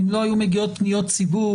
אם לא מגיעות ציבור,